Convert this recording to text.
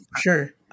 sure